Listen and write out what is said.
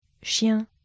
Chien